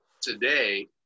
today